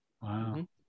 Wow